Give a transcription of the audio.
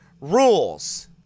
rules